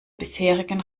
bisherigen